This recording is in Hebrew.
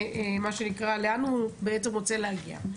מה שנקרא, לאן הוא בעצם רוצה להגיע.